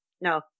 no